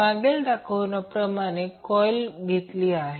मागे दाखवल्याप्रमाणे कॉइल घेतली आहे